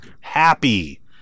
happy